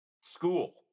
school